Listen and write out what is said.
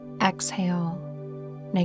Exhale